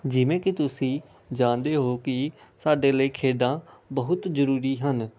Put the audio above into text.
ਜਿਵੇਂ ਕੀ ਤੁਸੀਂ ਜਾਣਦੇ ਹੋ ਕੀ ਸਾਡੇ ਲਈ ਖੇਡਾਂ ਬਹੁਤ ਜ਼ਰੂਰੀ ਹਨ